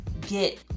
get